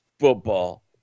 football